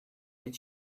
did